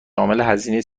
هزینه